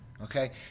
Okay